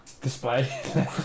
display